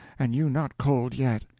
and you not cold yet?